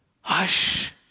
Hush